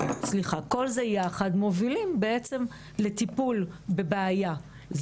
כל זה יחד מובילים בעצם לטיפול בבעיה.